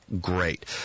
Great